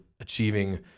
achieving